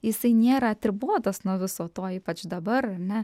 jisai nėra atribotas nuo viso to ypač dabar ar ne